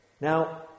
Now